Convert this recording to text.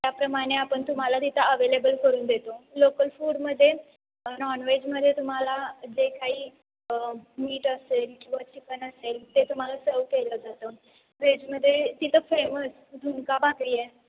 त्याप्रमाणे आपण तुम्हाला तिथं अवेलेबल करून देतो लोकल फूडमध्ये नॉन व्हेजमध्ये तुम्हाला जे काही मीट असेल किंवा चिकन असेल ते तुम्हाला सर्व्ह केलं जातं व्हेजमध्ये तिथं फेमस झुणका भाकरी आहे